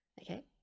Okay